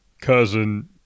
cousin